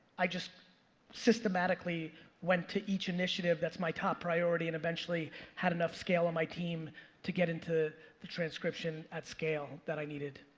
i just systematically went to each initiative that's my top priority. and eventually had enough scale on my team to get into the transcription at scale that i needed.